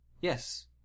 Yes